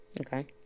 okay